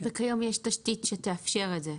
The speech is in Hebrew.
כיום יש תשתית שתאפשר את זה,